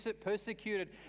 persecuted